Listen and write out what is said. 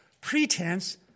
pretense